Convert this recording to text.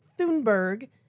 Thunberg